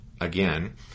again